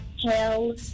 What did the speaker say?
Hell